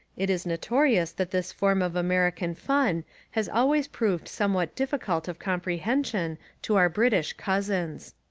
it is notorious that this form of american fun has always proved somewhat difficult of comprehension to our british cousins.